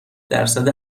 درصد